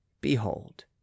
Behold